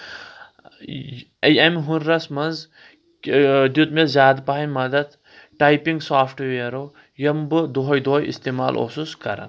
امہِ ہُرس منٛز دیُت مےٚ زیادٕ پَہنۍ مدتھ ٹایپِنٛگ سافٹویرو یِم بہٕ دۄہے دۄہے استعمال اوسُس کران